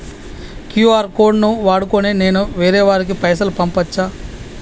QR code ను వాడుకొని నేను వేరే వారికి పైసలు పంపచ్చా?